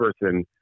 person